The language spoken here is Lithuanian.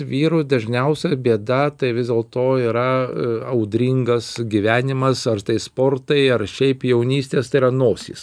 vyrų dažniausia bėda tai vis dėlto yra audringas gyvenimas ar tai sportai ar šiaip jaunystės tai yra nosys